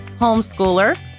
homeschooler